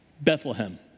Bethlehem